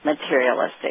materialistic